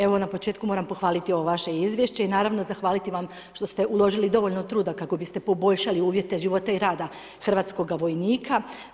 Evo na početku moram pohvaliti ovo vaše izvješće i naravno zahvaliti vam što ste uložili dovoljno truda kako biste poboljšali uvjete života i rada hrvatskoga vojnika.